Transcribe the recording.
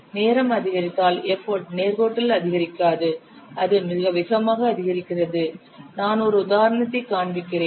நேரம் அதிகரித்தால் எஃபர்ட் நேர்கோட்டில் அதிகரிக்காது அது மிக வேகமாக அதிகரிக்கிறது நான் ஒரு உதாரணத்தைக் காண்பிக்கிறேன்